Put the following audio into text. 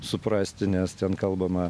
suprasti nes ten kalbama